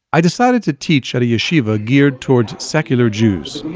i decided to teach at a yeshiva geared towards secular jews